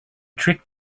trick